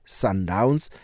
sundowns